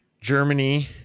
Germany